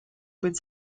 быть